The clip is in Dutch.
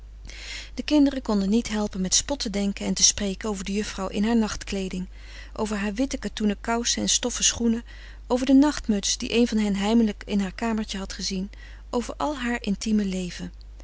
de kinderen konden niet helpen met spot te denken en te spreken over de juffrouw in haar nachtkleeding over haar witte katoenen kousen en stoffen schoenen over de nachtmuts die een van hen heimelijk in haar kamertje had gezien over al haar intieme leven